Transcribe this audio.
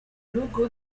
logo